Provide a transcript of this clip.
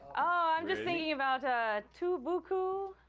ah i'm just thinking about ah too beaucoup,